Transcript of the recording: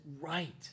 right